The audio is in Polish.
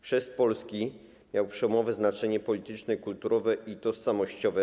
Chrzest Polski miał przełomowe znaczenie polityczne, kulturowe i tożsamościowe.